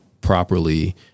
properly